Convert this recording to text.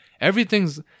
everything's